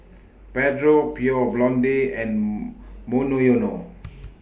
Pedro Pure Blonde and Monoyono